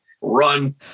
run